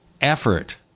effort